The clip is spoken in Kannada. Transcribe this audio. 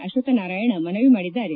ಅಶ್ವಕ್ಷನಾರಾಯಣ ಮನವಿ ಮಾಡಿದ್ದಾರೆ